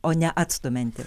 o ne atstumianti